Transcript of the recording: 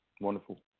Wonderful